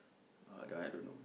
uh that one I don't know